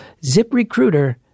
ZipRecruiter